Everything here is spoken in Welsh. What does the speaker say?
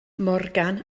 morgan